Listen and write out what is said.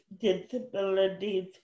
disabilities